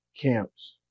camps